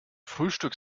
frühstück